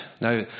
now